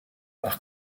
par